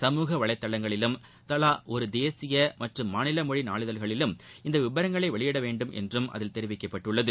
சமூக வலைதளங்களிலும் தலா ஒரு தேசிய மற்றும் மாநில மொழி நாளிதழ்களிலும் இந்த விவரங்கள் வெளியிடப்பட வேண்டும் என்றும் அதில் தெரிவிக்கப்பட்டுள்ளது